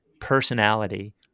personality